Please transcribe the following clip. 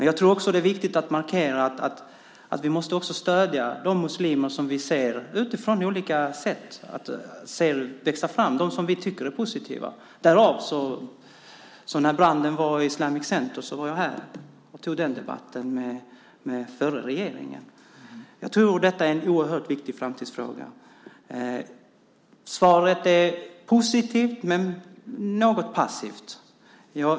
Jag tror också att det är viktigt att markera att man måste stödja de muslimer och den variant av islam som vi ser växa fram, den som vi tycker är positiv. När det var brand i Islamic Center tog jag en debatt med förra regeringen. Jag tror att detta är en oerhört viktig framtidsfråga. Svaret är positivt men något passivt.